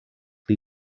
pli